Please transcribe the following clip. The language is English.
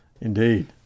Indeed